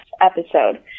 episode